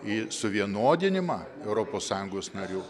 į suvienodinimą europos sąjungos narių